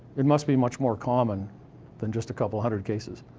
it must be much more common than just a couple hundred cases.